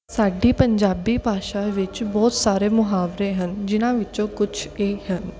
ਸਾਡੀ ਪੰਜਾਬੀ ਭਾਸ਼ਾ ਵਿੱਚ ਬਹੁਤ ਸਾਰੇ ਮੁਹਾਵਰੇ ਹਨ ਜਿਨ੍ਹਾਂ ਵਿੱਚੋਂ ਕੁਛ ਇਹ ਹਨ